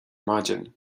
maidin